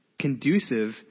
conducive